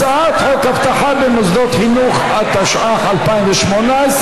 הצעת חוק אבטחה במוסדות חינוך, התשע"ח 2018,